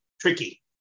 tricky